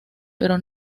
pero